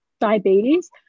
diabetes